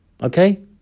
okay